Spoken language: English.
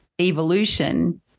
evolution